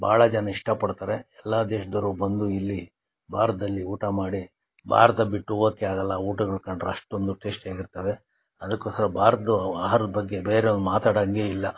ಬಹಳ ಜನ ಇಷ್ಟಪಡ್ತಾರೆ ಎಲ್ಲಾ ದೇಶದವ್ರು ಬಂದು ಇಲ್ಲಿ ಭಾರತದಲ್ಲಿ ಊಟ ಮಾಡಿ ಭಾರತ ಬಿಟ್ಟು ಹೋಗಕ್ಕೆ ಆಗೋಲ್ಲ ಊಟಗಳ ಕಂಡರೆ ಅಷ್ಟೊಂದು ಟೇಶ್ಟಿ ಆಗಿರ್ತವೆ ಅದಕ್ಕೋಸ್ಕರ ಭಾರತದ್ದು ಆಹಾರದ ಬಗ್ಗೆ ಬೇರೆಯವ್ರು ಮಾತಾಡಂಗೆ ಇಲ್ಲ